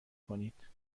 کنید